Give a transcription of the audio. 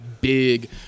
big